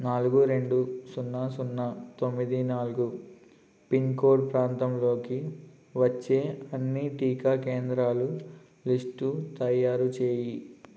నాలుగు రెండు సున్నా సున్నా తొమ్మిది నాలుగు పిన్కోడ్ ప్రాంతంలోకి వచ్చే అన్ని టీకా కేంద్రాలు లిస్ట్ తయారుచేయి